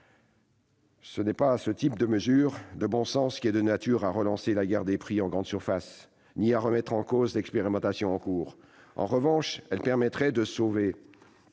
Ce n'est pas ce type de disposition de bon sens qui est de nature à relancer la guerre des prix dans les grandes surfaces ni à remettre en cause l'expérimentation en cours. En revanche, elle permettrait de sauver